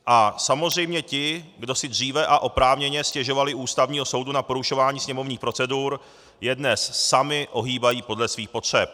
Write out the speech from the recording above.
A samozřejmě ti, kdo si dříve, a oprávněně, stěžovali u Ústavního soudu na porušování sněmovních procedur, je dnes sami ohýbají podle svých potřeb.